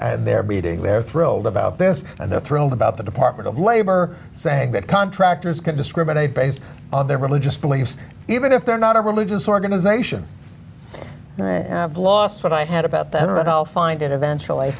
and they're beating they're thrilled about this and they're thrilled about the department of labor saying that contractors can discriminate based on their religious beliefs even if they're not a religious organization last but i had about them at all find it eventually